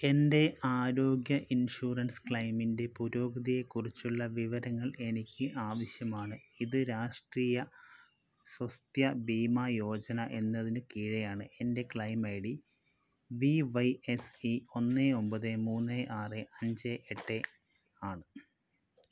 എൻറ്റെ ആരോഗ്യ ഇൻഷുറൻസ് ക്ലെയ്മിൻറ്റെ പുരോഗതിയെക്കുറിച്ചുള്ള വിവരങ്ങൾ എനിക്ക് ആവശ്യമാണ് ഇത് രാഷ്ട്രീയ സ്വാസ്ഥ്യ ബീമാ യോജന എന്നതിന് കീഴെയാണ് എൻറ്റെ claim I D V Y S E ഒന്ന് ഒമ്പത് മൂന്ന് ആറ് അഞ്ച് എട്ട് ആണ്